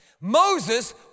Moses